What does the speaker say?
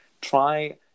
try